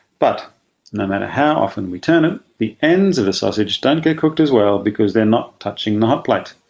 but no matter how often we turn it, the ends of a sausage don't get cooked as well because they are not touching the like